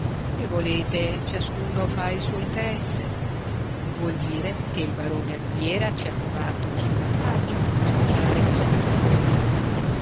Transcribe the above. che volete ciascuno fa il suo interesse vuol dire che il barone rubiera ci ha trovato il suo vantaggio a sposare la signora alòsi